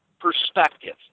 perspective